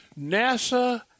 NASA